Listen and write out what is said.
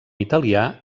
italià